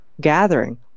gathering